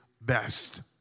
best